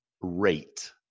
rate